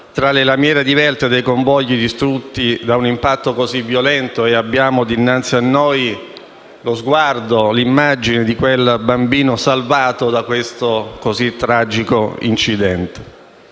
tra le lamiere divelte dei convogli distrutti da un impatto così violento, e abbiamo dinanzi a noi l'immagine di quel bambino salvato da questo così tragico incidente.